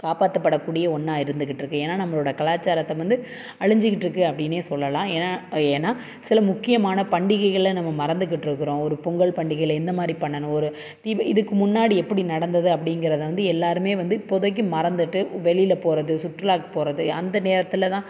காப்பாற்றபடக்கூடிய ஒன்றா இருந்துகிட்டு இருக்குது ஏன்னா நம்மளோட கலாச்சாரத்தை வந்து அழிஞ்சிகிட்டு இருக்குது அப்படின்னே சொல்லலாம் ஏன்னா ஏன்னா சில முக்கியமான பண்டிகைகளை நம்ம மறந்துகிட்டு இருக்கிறோம் ஒரு பொங்கல் பண்டிகையில எந்தமாதிரி பண்ணனும் ஒரு தீபம் இதுக்கு முன்னாடி எப்படி நடந்தது அப்படிங்கிறத வந்து எல்லாருமே வந்து இப்போதைக்கு மறந்துட்டு வெளியில் போகிறது சுற்றுலாவுக்கு போகிறது அந்த நேரத்தில்தான்